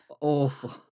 Awful